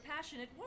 passionate